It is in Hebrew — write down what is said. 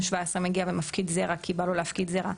17 מגיע ומפקיד זרע כי בא לו להפקיד זרע.